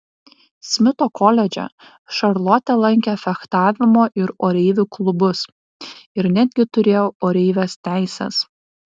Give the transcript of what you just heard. smito koledže šarlotė lankė fechtavimo ir oreivių klubus ir netgi turėjo oreivės teises